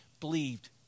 believed